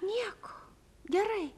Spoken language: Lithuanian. nieko gerai